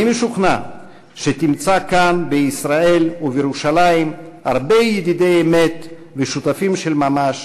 אני משוכנע שתמצא כאן בישראל ובירושלים הרבה ידידי אמת ושותפים של ממש,